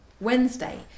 Wednesday